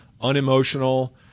unemotional